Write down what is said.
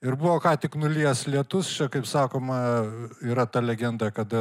ir buvo ką tik nulijęs lietus čia kaip sakoma yra ta legenda kada